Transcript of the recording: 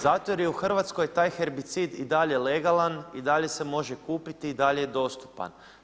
Zato jer je u RH taj herbicid i dalje legalan i dalje se može kupiti i dalje je dostupan.